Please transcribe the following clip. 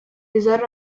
tesoro